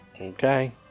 okay